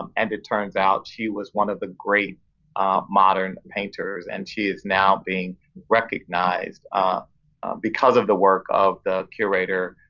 um and it turns out she was one of the great modern painters, and she is now being recognized ah because of the work of the curator,